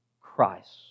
Christ